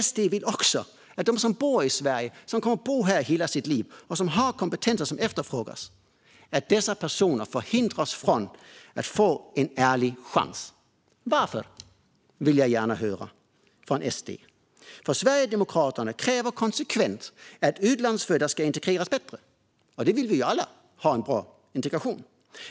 SD vill också att de som bor i Sverige och har kompetenser som efterfrågas ska hindras från att få en ärlig chans. Varför? Det vill jag gärna höra från SD. Sverigedemokraterna kräver ju konsekvent att utlandsfödda ska integreras bättre. Och vi vill väl alla ha en bra integration.